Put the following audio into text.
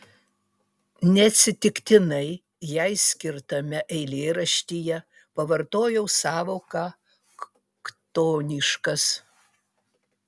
neatsitiktinai jai skirtame eilėraštyje pavartojau sąvoką chtoniškas